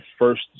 first